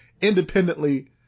independently